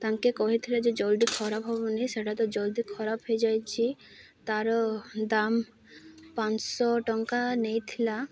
ତାଙ୍କେ କହିଥିଲେ ଯେ ଜଲ୍ଦି ଖରାପ ହବନି ସେଇଟା ତ ଜଲ୍ଦି ଖରାପ ହେଇଯାଇଛିି ତା'ର ଦାମ ପାଞ୍ଚଶହ ଟଙ୍କା ନେଇଥିଲା